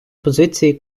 позиції